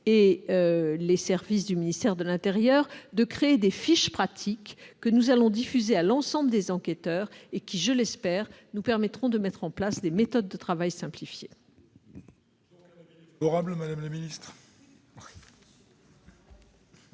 avec les services du ministère de l'intérieur, de créer des fiches pratiques que nous allons diffuser à l'ensemble des enquêteurs et qui, je l'espère, nous permettront de mettre en place des méthodes de travail simplifiées.